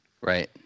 right